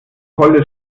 holle